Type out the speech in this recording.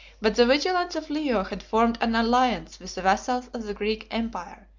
but the vigilance of leo had formed an alliance with the vassals of the greek empire,